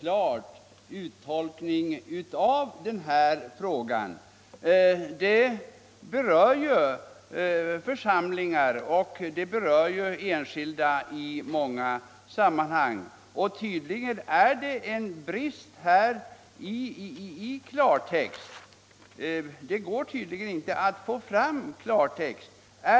klarläggande uttolkning av den här frågan. Den berör ju församlingar och den berör ju enskilda i många sammanhang! Det går tydligen inte att få fram klartext här.